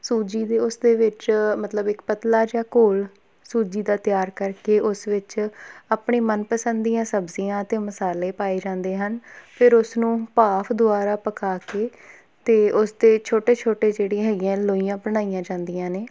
ਸੂਜੀ ਦੇ ਉਸ ਦੇ ਵਿੱਚ ਮਤਲਬ ਇੱਕ ਪਤਲਾ ਜਿਹਾ ਘੋਲ ਸੂਜੀ ਦਾ ਤਿਆਰ ਕਰਕੇ ਉਸ ਵਿੱਚ ਆਪਣੇ ਮਨਪਸੰਦ ਦੀਆਂ ਸਬਜ਼ੀਆਂ ਅਤੇ ਮਸਾਲੇ ਪਾਏ ਜਾਂਦੇ ਹਨ ਫਿਰ ਉਸਨੂੰ ਭਾਫ਼ ਦੁਆਰਾ ਪਕਾ ਕੇ ਅਤੇ ਉਸਦੇ ਛੋਟੇ ਛੋਟੇ ਜਿਹੜੀਆਂ ਹੈਗੀਆਂ ਲੋਈਆਂ ਬਣਾਈਆਂ ਜਾਂਦੀਆਂ ਨੇ